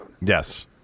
Yes